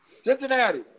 Cincinnati